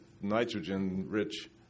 nitrogen-rich